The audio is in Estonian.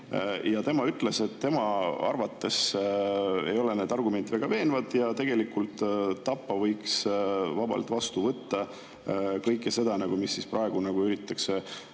tema ütles, et tema arvates ei ole need argumendid väga veenvad ja tegelikult Tapa võiks vabalt vastu võtta kõike seda, mida praegu üritatakse